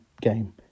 game